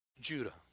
Judah